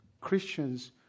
Christians